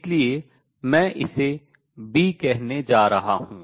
इसलिए मैं इसे B कहने जा रहा हूँ